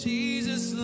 Jesus